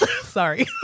Sorry